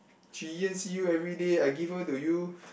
Chee-Yuan see you everyday I give her to you